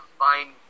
fine